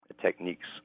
techniques